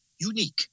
unique